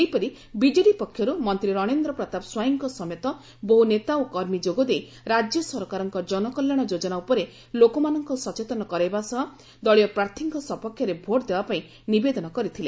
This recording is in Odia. ସେହିପରି ବିଜେଡି ପକ୍ଷର୍ ମନ୍ତୀ ରଣେନ୍ର ପ୍ରତାପ ସ୍ବାଇଁଙ୍ଙ ସମେତ ବହୁ ନେତା ଓ କର୍ମୀ ଯୋଗଦେଇ ରାଜ୍ୟ ସରକାରଙ୍କ ଜନକଲ୍ୟାଣ ଯୋଜନା ଉପରେ ଲୋକମାନଙ୍କ ସଚେତନ କରାଇବା ସହ ଦଳୀୟ ପ୍ରାର୍ଥୀଙ୍କ ସପକ୍ଷରେ ଭୋଟ୍ ଦେବାପାଇଁ ନିବେଦନ କରିଥିଲେ